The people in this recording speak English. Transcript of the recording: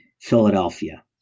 Philadelphia